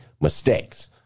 mistakes